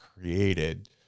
created